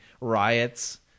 riots